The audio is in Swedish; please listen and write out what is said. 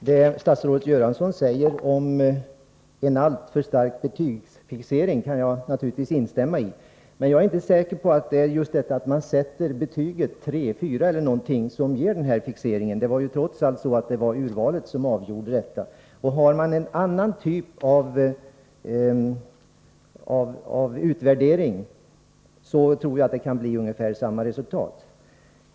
Herr talman! Det statsrådet Göransson säger om en alltför stark betygsfixering kan jag naturligtvis instämma i. Men jag är inte säker på att det är just att man sätter betyget 3, 4 eller något annat som ger upphov till denna fixering. Det var ju trots allt urvalet som avgjorde. Har man en annan typ av utvärdering, tror jag att det kan bli ungefär samma resultat.